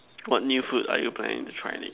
got new food are you planning to try it